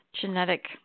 genetic